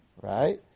right